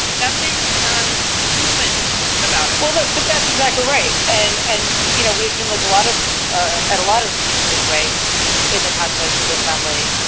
nothing um human about it well, but that's exactly right. and, and you know, we can look a lot of ah at a lot of things this way in the context of this family.